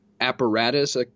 apparatus